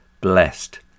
blessed